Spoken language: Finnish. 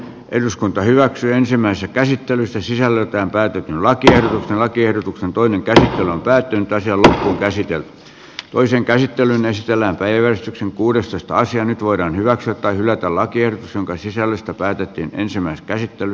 eduskunta hyväksyi ensimmäisen käsittelyssä sisällöltään päätti lakien lakiehdotuksen toinen käsi hän on päätynyt naisille esitellä toisen käsittelyn estellä päivä kuudestoista sija nyt voidaan hyväksyä tai hylätä lakiehdotus jonka sisällöstä päätettiin ensimmäisessä käsittelyssä